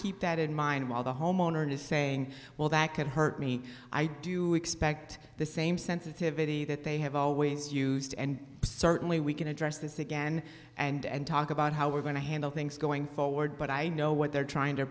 keep that in mind while the homeowner is saying well that can hurt me i do expect the same sensitivity that they have always used and certainly we can address this again and talk about how we're going to handle things going forward but i know what they're trying to